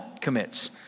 commits